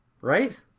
Right